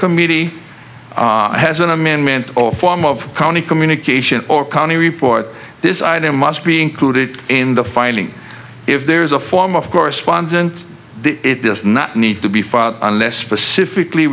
committee has an amendment or form of county communication or county report this item must be included in the filing if there is a form of correspondent it does not need to be filed unless specifically